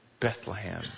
Bethlehem